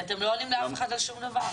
כי אתם לא עונים לאף אחד על שום דבר,